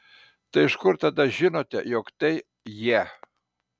tai iš kur tada žinote jog tai jie